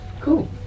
Cool